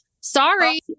Sorry